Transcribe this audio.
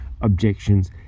Objections